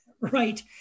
Right